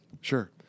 Sure